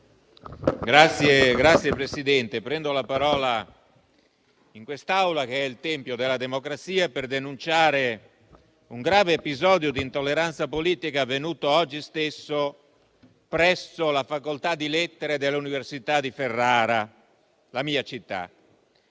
Signor Presidente, prendo la parola in quest'Aula, che è il tempio della democrazia, per denunciare un grave episodio di intolleranza politica avvenuto oggi stesso presso la facoltà di lettere dell'Università di Ferrara, la mia città.